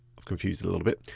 i've confused it a little bit.